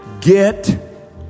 Get